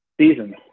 seasons